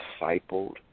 discipled